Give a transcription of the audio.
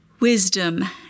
wisdom